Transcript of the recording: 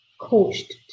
coached